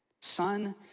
Son